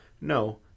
no